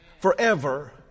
Forever